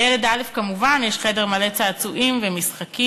לילד א' יש כמובן חדר מלא צעצועים ומשחקים,